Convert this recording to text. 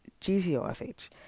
GTOFH